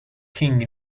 king